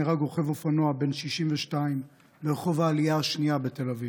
נהרג רוכב אופנוע בן 62 ברחוב העלייה השנייה בתל אביב.